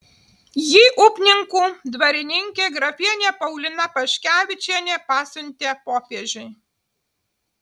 jį upninkų dvarininkė grafienė paulina paškevičienė pasiuntė popiežiui